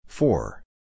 Four